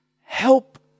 help